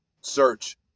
search